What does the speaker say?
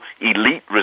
elite